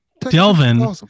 Delvin